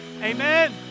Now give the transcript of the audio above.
Amen